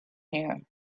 here